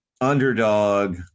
underdog